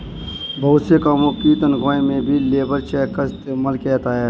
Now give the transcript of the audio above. बहुत से कामों की तन्ख्वाह में भी लेबर चेक का इस्तेमाल किया जाता है